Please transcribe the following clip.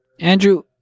Andrew